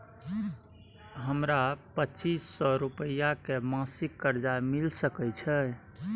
हमरा पच्चीस सौ रुपिया के मासिक कर्जा मिल सकै छै?